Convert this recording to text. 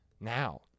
now